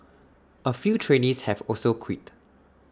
A few trainees have also quit